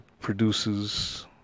produces